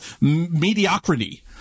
mediocrity